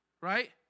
right